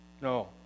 no